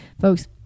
Folks